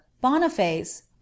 boniface